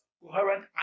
coherent